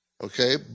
Okay